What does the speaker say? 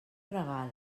regal